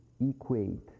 equate